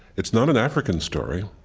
it's not an african story.